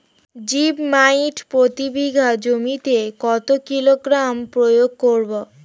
Zip মাইট প্রতি বিঘা জমিতে কত কিলোগ্রাম প্রয়োগ করব?